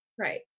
right